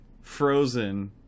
Frozen